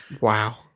Wow